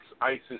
ISIS